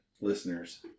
listeners